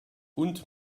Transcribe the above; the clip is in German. und